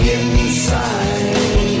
inside